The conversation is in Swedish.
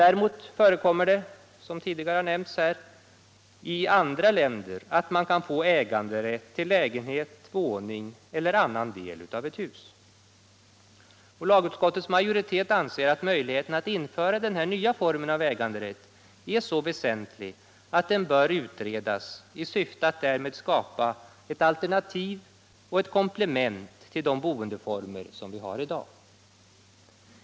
Däremot förekommer det, som tidigare nämnts, inte sällan i andra länder att man kan få äganderätt till lägenhet, våning eller annan del av ett hus. Lagutskottets majoritet anser att möjligheterna att införa denna nya form av äganderätt är så väsentliga att de bör utredas i syfte att därmed skapa ett alternativ och ett komplement till de boendeformer som vi har i dag.